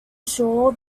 shore